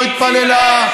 לא התפללה,